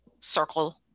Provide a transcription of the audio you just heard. circle